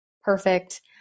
perfect